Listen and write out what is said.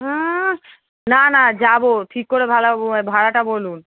উহ না না যাবো ঠিক করে ভাড়া ভাড়াটা বলুন